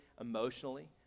emotionally